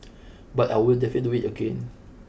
but I would definitely do it again